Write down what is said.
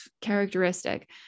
characteristic